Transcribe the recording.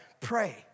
Pray